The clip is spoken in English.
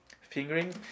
fingering